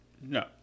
No